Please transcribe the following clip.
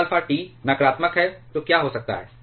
जब alpha T नकारात्मक है तो क्या हो सकता है